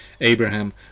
Abraham